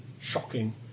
shocking